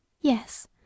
Yes